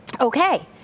okay